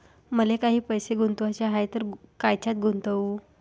मले काही पैसे गुंतवाचे हाय तर कायच्यात गुंतवू?